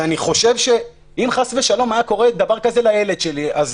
שאני חושב שאם חס ושלום דבר כזה היה קורה לילד שלי אז